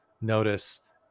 notice